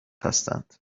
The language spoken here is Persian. هستند